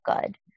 good